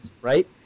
right